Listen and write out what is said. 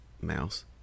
mouse